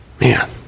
Man